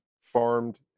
farmed